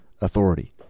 authority